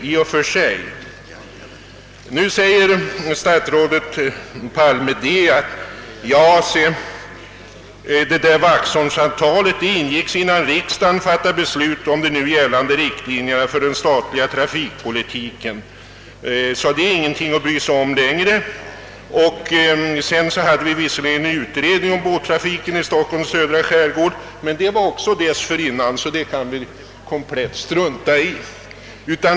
Statsrådet Palme säger vidare att avtalet med Vaxholms stad ingicks innan riksdagen fattade beslut om de nya riktlinjerna för den statliga trafikpolitiken och den saken är därför ingenting att bry sig om. Sedan var det visserligen en utredning om båttrafiken i Stockholms södra skärgård, men den gjordes också före riksdagsbeslutet. Den kan vi därför komplett strunta i.